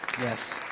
yes